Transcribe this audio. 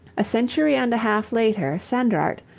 a century and a half later sandrart,